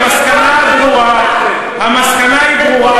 המסקנה היא ברורה,